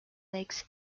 lakes